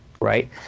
Right